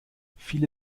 viele